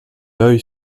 l’œil